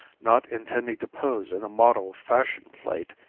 not intending to pose in a model fashion plate,